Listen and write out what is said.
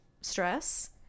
stress